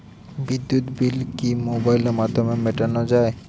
বিদ্যুৎ বিল কি মোবাইলের মাধ্যমে মেটানো য়ায়?